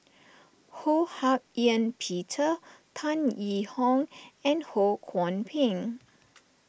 Ho Hak Ean Peter Tan Yee Hong and Ho Kwon Ping